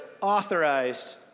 authorized